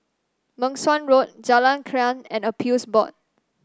Meng Suan Road Jalan Krian and Appeals Board